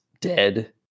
dead